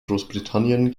großbritannien